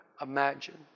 Imagine